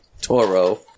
Toro